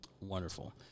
Wonderful